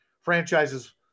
franchises